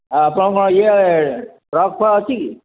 ଆପଣ କ'ଣ ଇଏ ଟ୍ରକ୍ ଫ୍ରକ୍ ଅଛି କି